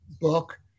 book